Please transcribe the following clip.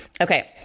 Okay